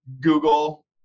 Google